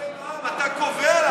אבל אתה קובע לעם.